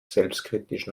selbstkritisch